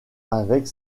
avec